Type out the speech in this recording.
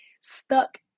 stuck